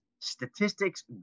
statistics